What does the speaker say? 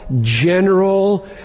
general